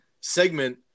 segment